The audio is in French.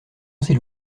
s’il